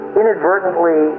inadvertently